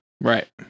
right